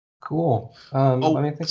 Cool